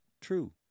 true